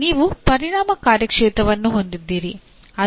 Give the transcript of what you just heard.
ನೀವು ಪರಿಣಾಮ ಕಾರ್ಯಕ್ಷೇತ್ರವನ್ನು ಹೊಂದಿದ್ದೀರಿ